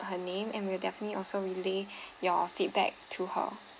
her name and we will definitely also relay your feedback to her